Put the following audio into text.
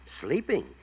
Sleeping